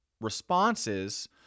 responses